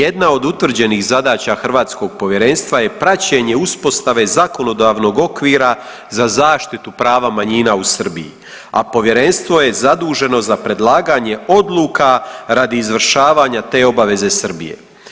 Jedna od utvrđenih zadaća hrvatskog povjerenstva je praćenje uspostave zakonodavnog okvira za zaštitu prava manjina u Srbiji, a povjerenstvo je zaduženo za predlaganje odluka radi izvršavanja te obaveze Srbije.